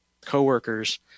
co-workers